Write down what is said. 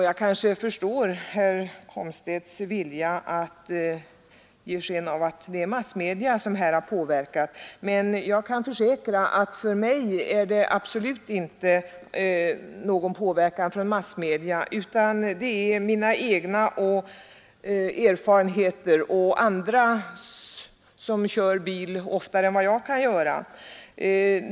Jag kan förstå herr Komstedts vilja att ge sken av att det är massmedia som här utövat en påverkan. Men jag kan försäkra att jag absolut inte blivit påverkad av massmedia. Mitt ställningstagande bygger på egna erfarenheter och på de erfarenheter som jag fått del av från andra personer som kör bil oftare än vad jag kan göra.